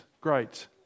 great